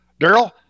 Daryl